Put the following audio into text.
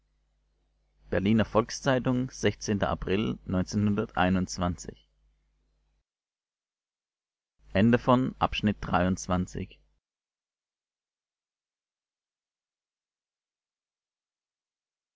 berliner volks-zeitung april